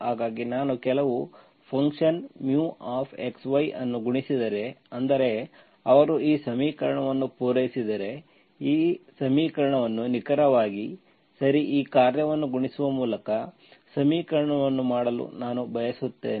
ಹಾಗಾಗಿ ನಾನು ಕೆಲವು ಫಂಕ್ಷನ್ μx y ಅನ್ನು ಗುಣಿಸಿದರೆ ಅಂದರೆ ಅವರು ಈ ಸಮೀಕರಣವನ್ನು ಪೂರೈಸಿದರೆ ಈ ಸಮೀಕರಣವನ್ನು ನಿಖರವಾಗಿ ಸರಿ ಈ ಕಾರ್ಯವನ್ನು ಗುಣಿಸುವ ಮೂಲಕ ಸಮೀಕರಣವನ್ನು ಮಾಡಲು ನಾನು ಭಾವಿಸುತ್ತೇನೆ